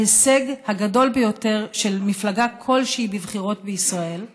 ההישג הגדול ביותר של מפלגה כלשהי בבחירות בישראל.